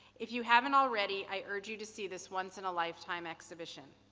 if you haven't already, i urge you to see this once in a lifetime exhibition.